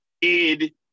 id